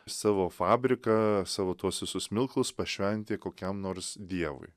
savo fabriką savo tuos visus smilkalus pašventija kokiam nors dievui